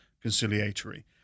conciliatory